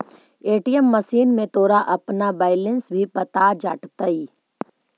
ATM machine में तोरा अपना बैलन्स भी पता लग जाटतइ